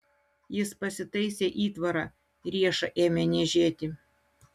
jis pasitaisė įtvarą riešą ėmė niežėti